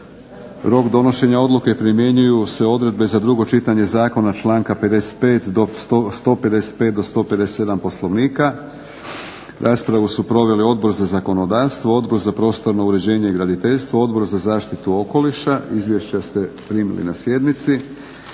Rok donošenja odluke primjenjuju se odredbe za drugo čitanje zakona članka 155. do 157. Poslovnika. Raspravu su proveli Odbor za zakonodavstvo, odbor za prostorno uređenje i graditeljstvo, Odbor za zaštitu okoliša. Izvješća ste primili na sjednici.